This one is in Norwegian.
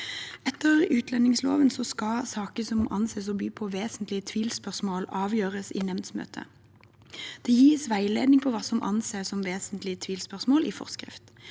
Etter utlendingsloven skal saker som anses å by på vesentlige tvilsspørsmål, avgjøres i nemndsmøte. Det gis veiledning på hva som anses som vesentlige tvilsspørsmål, i forskrift.